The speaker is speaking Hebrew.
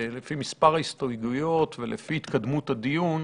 לפי מספר ההסתייגויות ולפי התקדמות הדיון,